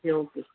okay okay